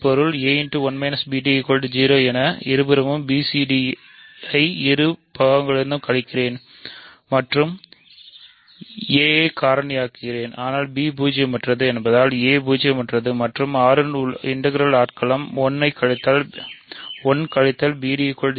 நான் இருபுறமும் bcd யை இரு பக்கங்களிலிருந்தும் கழிக்கிறேன் மற்றும் a ஐ காரணியாக்குகிறேன் ஆனால் b பூஜ்ஜியமற்றது என்பதால் a பூஜ்ஜியமற்றது மற்றும் R ஒரு இன்டெர் கிரால் ஆட்களம் 1 கழித்தல் bd